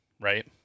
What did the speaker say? right